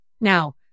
Now